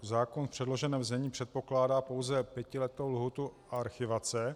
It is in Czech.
Zákon v předloženém znění předpokládá pouze pětiletou lhůtu archivace.